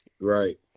Right